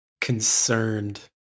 concerned